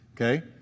okay